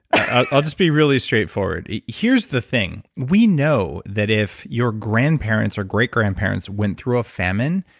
i'll just be really straightforward. here's the thing. we know that if your grandparents or great grandparents went through a famine,